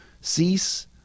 Cease